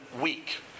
week